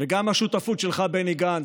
וגם השותפות שלך, בני גנץ,